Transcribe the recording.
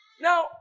Now